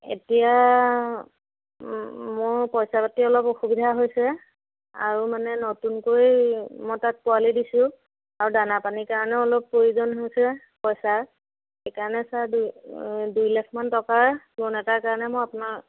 এতিয়া মোৰ পইচা পাতি অলপ অসুবিধা হৈছে আৰু মানে নতুনকৈ মই তাত পোৱালি দিছোঁ আৰু দানা পানীৰ কাৰণেও অলপ প্ৰয়োজন হৈছে পইচাৰ সেইকাৰণে ছাৰ দুইলাখমান টকাৰ লোন এটাৰ কাৰণে মই আপোনাৰ